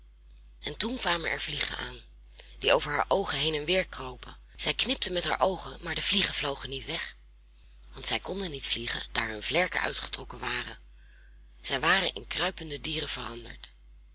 en toen kwamen er vliegen aan die over haar oogen heen en weer kropen zij knipte met haar oogen maar de vliegen vlogen niet weg want zij konden niet vliegen daar hun vlerken uitgetrokken waren zij waren in kruipende dieren veranderd